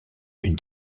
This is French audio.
une